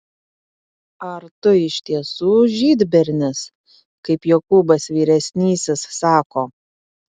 ar tu iš tiesų žydbernis kaip jokūbas vyresnysis sako